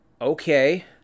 Okay